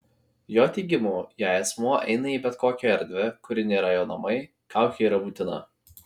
jo teigimu jei asmuo eina į bet kokią erdvę kuri nėra jo namai kaukė yra būtina